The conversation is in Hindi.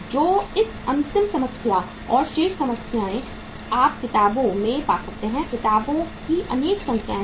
तो यह अंतिम समस्या और शेष समस्याएं आप किताबों में पा सकते हैं किताबों की अनेक संख्याएं हैं